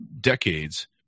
decades